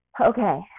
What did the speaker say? Okay